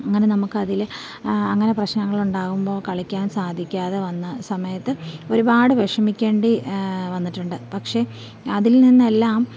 അങ്ങനെ നമുക്കതില് അങ്ങനെ പ്രശ്നങ്ങളുണ്ടാകുമ്പോള് കളിക്കാൻ സാധിക്കാതെ വന്ന സമയത്ത് ഒരുപാട് വിഷമിക്കേണ്ടി വന്നിട്ടുണ്ട് പക്ഷെ അതിൽ നിന്നെല്ലാം